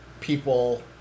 people